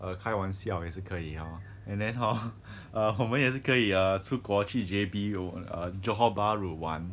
呃开玩笑也是可以 hor and then hor err 我们也是可以 err 出国去 J_B oh err johor bahru 玩